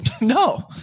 No